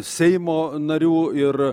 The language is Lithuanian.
seimo narių ir